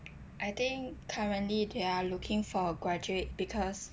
I think currently they are looking for graduates because